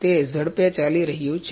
તેથી તે ઝડપે ચાલી રહ્યું છે